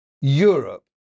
Europe